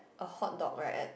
a hot dog right at